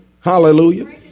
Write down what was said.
Hallelujah